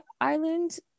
island